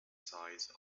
size